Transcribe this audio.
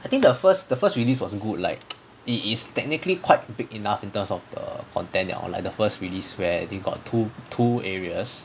I think the first the first released was good like it is technically quite big enough in terms of the content ya like the first release where they got two two areas